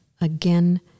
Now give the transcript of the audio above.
again